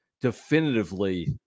definitively